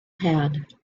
had